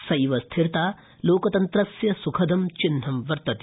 सम्बस्थिरता लोकतन्त्रस्य सुखदं चिह्नं वर्तते